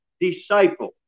disciple